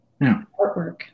artwork